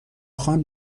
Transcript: خان